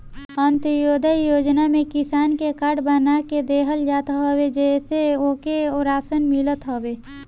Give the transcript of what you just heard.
अन्त्योदय योजना में किसान के कार्ड बना के देहल जात हवे जेसे ओके राशन मिलत हवे